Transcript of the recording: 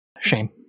Shame